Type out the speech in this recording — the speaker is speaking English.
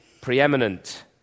preeminent